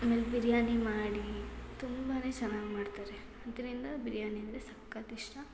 ಆಮೇಲೆ ಬಿರಿಯಾನಿ ಮಾಡಿ ತುಂಬಾ ಚೆನ್ನಾಗಿ ಮಾಡ್ತಾರೆ ಆದ್ರಿಂದ ಬಿರ್ಯಾನಿ ಅಂದರೆ ಸಖತ್ತು ಇಷ್ಟ